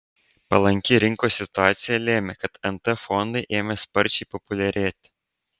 palanki rinkos situacija lėmė kad nt fondai ėmė sparčiai populiarėti